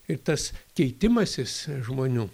ir tas keitimasis žmonių